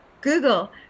google